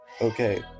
Okay